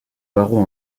barreau